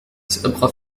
سأبقى